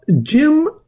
Jim